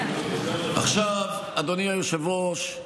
אדוני היושב-ראש,